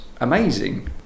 amazing